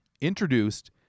introduced